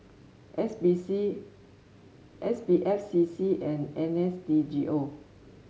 S B C S B F C C and N S D G O